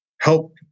help